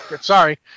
Sorry